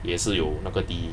也是有那个 tea